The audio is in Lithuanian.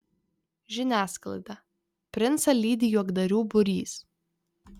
žiniasklaida princą lydi juokdarių būrys